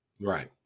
right